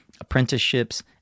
apprenticeships